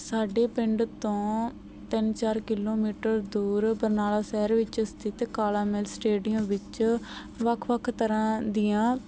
ਸਾਡੇ ਪਿੰਡ ਤੋਂ ਤਿੰਨ ਚਾਰ ਕਿਲੋਮੀਟਰ ਦੂਰ ਬਰਨਾਲਾ ਸ਼ਹਿਰ ਵਿੱਚ ਸਥਿਤ ਕਾਲਾ ਮਿੱਲ ਸਟੇਡੀਅਮ ਵਿੱਚ ਵੱਖ ਵੱਖ ਤਰ੍ਹਾਂ ਦੀਆਂ